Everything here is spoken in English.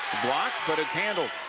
block but it's handled